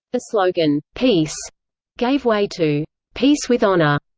the slogan peace gave way to peace with honor.